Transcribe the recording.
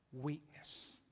Weakness